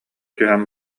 түһэн